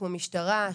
כמו משטרה,